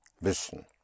Wissen